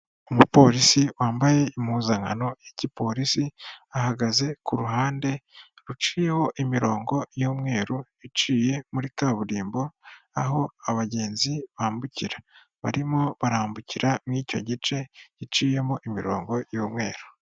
Umupolisi wambaye impuzankano ya gipolisi ahagaze ku ruhande ruciyeho imirongo y'umweru iciye muri kaburimbo aho abagenzi bambukira, barimo barambukira mu icyo gice giciyemo imirongo y'umweru.